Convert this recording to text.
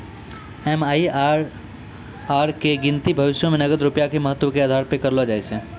MIRR के गिनती भविष्यो मे नगद रूपया के महत्व के आधार पे करलो जाय छै